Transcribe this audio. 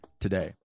today